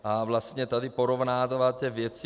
A vlastně tady porovnáváte věci.